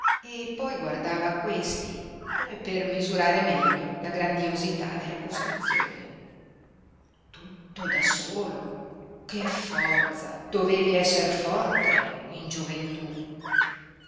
e poi guardava questi come per misurare meglio la grandiosità della costruzione tutto da solo che forza dovevi esser forte in gioventú